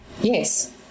Yes